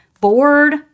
bored